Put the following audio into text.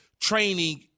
training